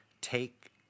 take